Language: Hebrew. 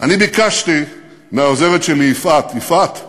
ביקשתי מהעוזרת שלי יפעת, יפעת,